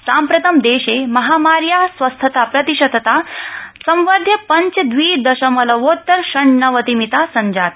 साम्प्रतं देशे महामार्या स्वस्थताप्रशितता संवध्य पञ्च दवि दशमलवोत्तर षण्णवतिमिता सञ्जाता